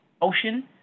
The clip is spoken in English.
ocean